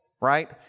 right